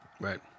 Right